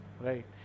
right